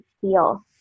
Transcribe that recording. feel